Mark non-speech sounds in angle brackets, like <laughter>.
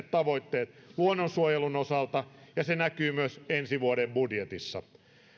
<unintelligible> tavoitteet luonnonsuojelun osalta ja se näkyy myös ensi vuoden budjetissa